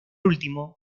último